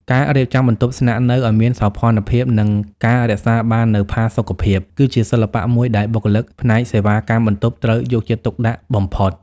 ការរៀបចំបន្ទប់ស្នាក់នៅឱ្យមានសោភ័ណភាព និងការរក្សាបាននូវផាសុកភាព គឺជាសិល្បៈមួយដែលបុគ្គលិកផ្នែកសេវាកម្មបន្ទប់ត្រូវយកចិត្តទុកដាក់បំផុត។